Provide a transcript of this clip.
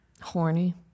Horny